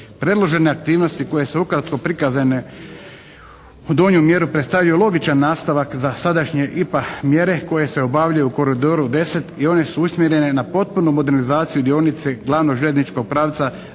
Predložene aktivnosti koje su ukratko prikazane u donju mjeru predstavljaju logičan nastavak za sadašnje IPA mjere koje se obavljaju u koridoru 10 i one su usmjerene na potpunu modernizaciju dionice glavnog željezničkog pravca